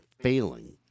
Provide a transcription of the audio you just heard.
failing